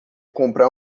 comprar